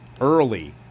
early